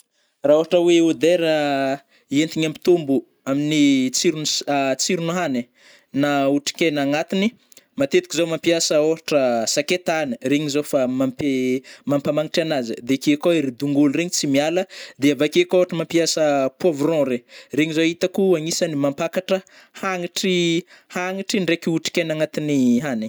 Ra ôhatra oe odeur a, entigny ampitombo amin'ny tsirony s- tsirona hanigny, na otrikaigna agnatiny, matetiky zao mampiasa ôhatra sakaitagny, regny zao fa mampi-mampamanitra anazy, de ake koa ery tongolo regny tsy miala, de avake kô ôhatra mampiasa poivron regny, regny zao itako agnisany mampakatra hagnitry hagnitry ndraiky otrik'aigna agnaty hanigny.